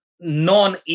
non